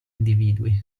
individui